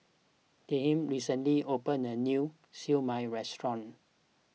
Tilman recently opened a new Siew Mai restaurant